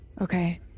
okay